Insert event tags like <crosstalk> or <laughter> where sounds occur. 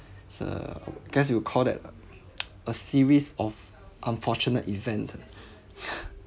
so I guess you would call that <noise> a series of unfortunate event <breath>